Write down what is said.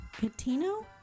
Catino